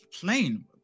plane